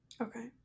Okay